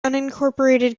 unincorporated